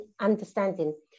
understanding